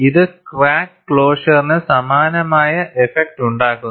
ഇത് ക്രാക്ക് ക്ലോഷറിന് സമാനമായ ഇഫെക്ട് ഉണ്ടാക്കുന്നു